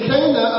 Cana